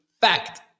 fact